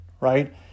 right